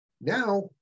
Now